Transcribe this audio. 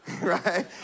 Right